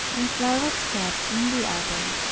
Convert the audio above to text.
and flour was kept in the other.